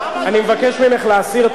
אני מבקש ממך להסיר.